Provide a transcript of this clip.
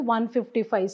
155